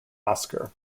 oscar